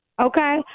Okay